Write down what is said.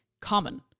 common